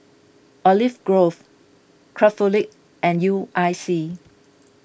Olive Grove Craftholic and U I C